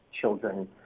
children